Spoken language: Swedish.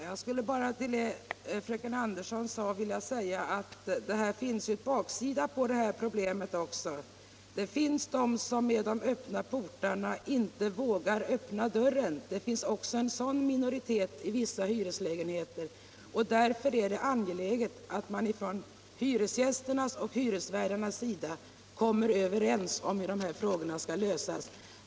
Herr talman! Till vad fröken Andersson sade vill jag genmäla att detta med öppna portar också har en baksida. Det finns hyresgäster — även om de är en minoritet — som på grund av de olåsta portarna inte vågar öppna sin dörr. Därför är det angeläget att hyresgästerna och hyresvärdarna kommer överens om hur dessa problem skall lösas.